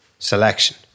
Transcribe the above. selection